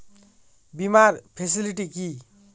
বীমার ফেসিলিটি কি?